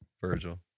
Virgil